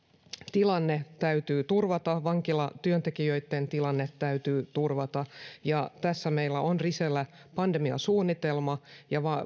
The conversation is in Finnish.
tilanne täytyy turvata vankilatyöntekijöitten tilanne täytyy turvata tässä meillä on risellä pandemiasuunnitelma ja